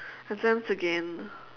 exams again